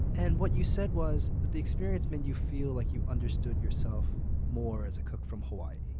and what you said was that the experience made you feel like you understood yourself more as a cook from hawaii.